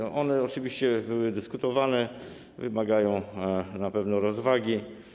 One oczywiście były dyskutowane, wymagają na pewno rozwagi.